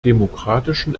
demokratischen